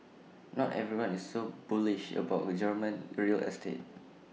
not everyone is so bullish about German real estate